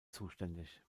zuständig